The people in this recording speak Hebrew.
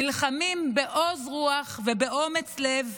נלחמים בעוז רוח ובאומץ לב,